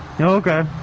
Okay